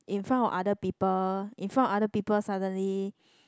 in front of other people in front of other people suddenly